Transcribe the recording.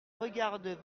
regarde